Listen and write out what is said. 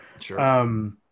Sure